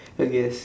I guess